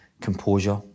composure